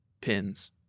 pins